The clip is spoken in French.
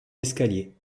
escalier